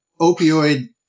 opioid